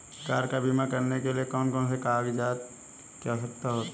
Car का बीमा करने के लिए कौन कौन से कागजात की आवश्यकता होती है?